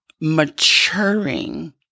maturing